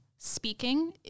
speaking